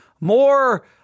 more